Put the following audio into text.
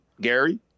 Gary